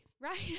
right